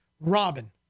Robin